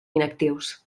inactius